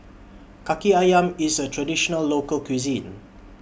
Kaki Ayam IS A Traditional Local Cuisine